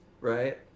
right